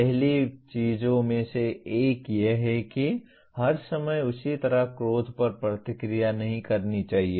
पहली चीजों में से एक यह है कि हर समय उसी तरह क्रोध पर प्रतिक्रिया नहीं करनी चाहिए